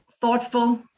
thoughtful